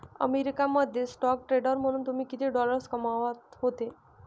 America मध्ये stock trader म्हणून तुम्ही किती डॉलर्स कमावत होते